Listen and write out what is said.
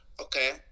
okay